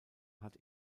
hat